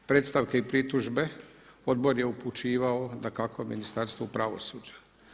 Predstavke i pritužbe Odbor je upućivao dakako Ministarstvu pravosuđa.